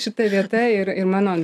šita vieta ir ir mano